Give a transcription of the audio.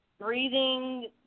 breathing